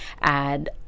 add